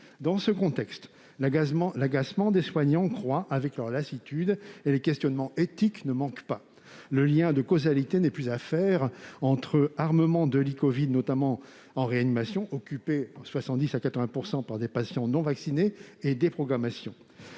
Dans ce contexte, l'agacement des soignants croît avec leur lassitude et les questionnements éthiques ne manquent pas. Le lien de causalité n'est plus à faire entre armement de lits covid, notamment en réanimation, occupés à 70 % ou 80 % par des patients non vaccinés, et déprogrammations.